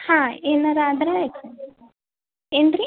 ಹಾಂ ಏನಾರೂ ಆದ್ರೆ ಎಕ್ಸ್ಚೇಂಜ್ ಏನು ರೀ